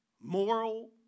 moral